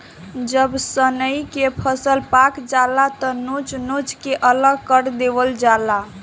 जब सनइ के फसल पाक जाला त नोच नोच के अलग कर देवल जाला